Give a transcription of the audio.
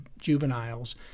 juveniles